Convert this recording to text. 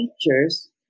teachers